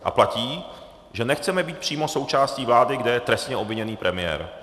A platí, že nechceme být přímo součástí vlády, kde je trestně obviněný premiér.